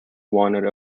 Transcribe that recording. wanted